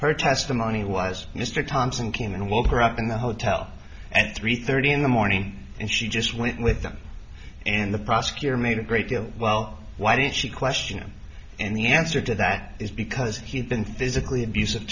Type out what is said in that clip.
her testimony was mr thompson came and woke her up in the hotel and three thirty in the morning and she just went with them and the prosecutor made a great deal well why didn't she question him and the answer to that is because he had been physically abusive